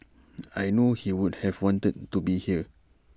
I know he would have wanted to be here